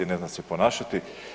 Ne zna se ponašati.